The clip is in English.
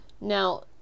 Now